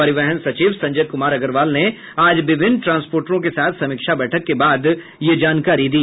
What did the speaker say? परिवहन सचिव संजय कुमार अग्रवाल ने आज विभिन्न ट्रांसपोर्टरों के साथ समीक्षा बैठक के बाद ये जानकारी दी